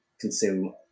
consume